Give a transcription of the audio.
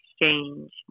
exchange